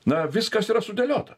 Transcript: na viskas yra sudėliota